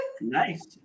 nice